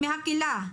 מהקהילה,